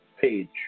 page